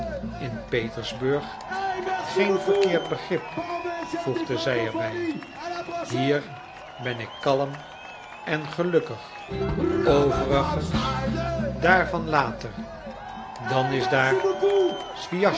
in petersburg geen verkeerd begrip voegde zij er bij hier ben ik kalm en gelukkig overigens daarvan later dan is daar